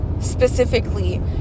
specifically